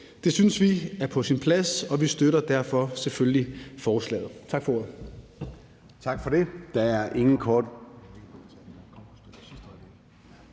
Det synes vi er på sin plads, og vi støtter derfor selvfølgelig forslaget. Tak for ordet.